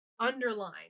Underline